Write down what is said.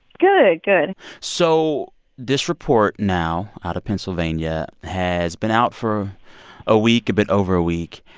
good, good so this report now out of pennsylvania has been out for a week a bit over a week.